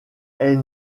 est